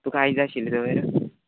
तुका आयज जाय आशिल्लीं तर